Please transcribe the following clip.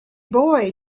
boy